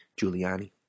Giuliani